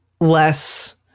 less